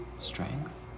Strength